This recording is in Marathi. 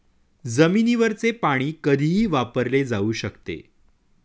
जमिनीवरचे पाणी कधीही वापरले जाऊ शकते